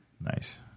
Nice